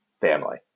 family